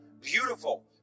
beautiful